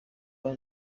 hano